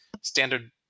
standard